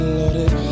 loaded